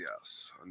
yes